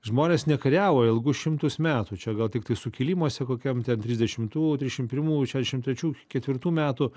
žmonės nekariavo ilgus šimtus metų čia gal tiktai sukilimuose kokiam ten trisdešimtų trisdešimt pirmų šešiasdešimt trečių ketvirtų metų